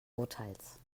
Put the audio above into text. urteils